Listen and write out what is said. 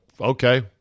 okay